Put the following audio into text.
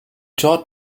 taught